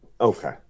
Okay